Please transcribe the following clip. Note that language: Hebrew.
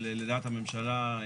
אבל לדעת הממשלה,